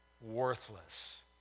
Worthless